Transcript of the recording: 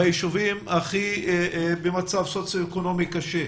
ביישובים במצב סוציואקונומי קשה,